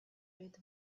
fit